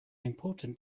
important